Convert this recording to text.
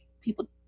people